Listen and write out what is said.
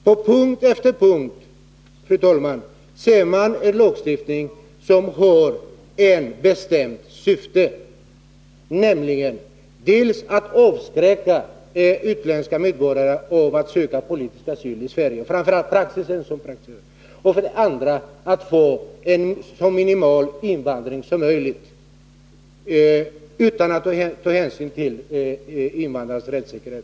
På punkt efter punkt ser man att den här lagstiftningen har ett bestämt syfte, nämligen dels att avskräcka utländska medborgare från att söka politisk asyl i Sverige, dels att få en så minimal invandring som möjligt utan hänsyn till invandrarnas rättssäkerhet.